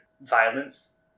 violence